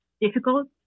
difficult